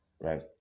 Right